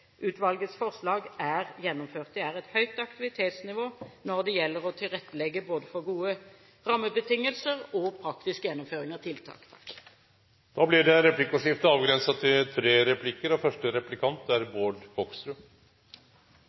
forslag er gjennomført. Det er et høyt aktivitetsnivå når det gjelder å tilrettelegge for både gode rammebetingelser og praktisk gjennomføring av tiltak. Det blir replikkordskifte. Det høres tilforlatelig, veldig flott og